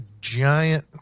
giant